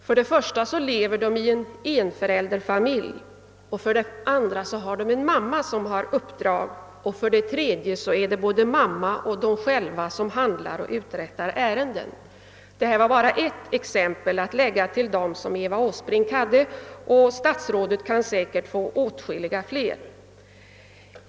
För det första lever de i en enförälderfamilj, för det andra har de en mamma som har uppdrag och för det tredje är det både mamma och de själva som handlar och uträttar ärenden. Det här var bara ett exempel att läg ga till dem som fröken Åsbrink anförde, och statsrådet kan säkert få åtskilliga fler.